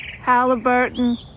Halliburton